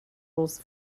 rules